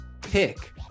pick